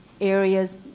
area's